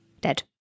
Dead